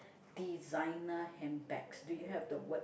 designer handbags do you have the word